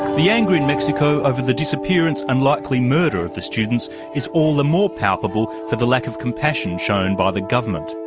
the anger in mexico over the disappearance and likely murder of the students is all the more palpable for the lack of compassion shown by the government.